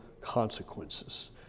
consequences